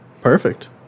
Perfect